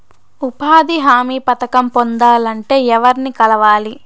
ఉపాధి హామీ పథకం పొందాలంటే ఎవర్ని కలవాలి?